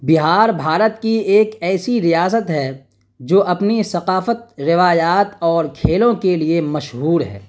بہار بھارت کی ایک ایسی ریاست ہے جو اپنی ثقافت روایات اور کھیلوں کے لیے مشہور ہے